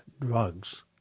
drugs